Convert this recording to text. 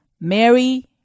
Mary